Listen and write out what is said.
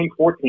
2014